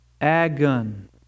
Agon